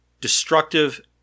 destructive